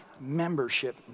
membership